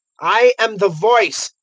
i am the voice,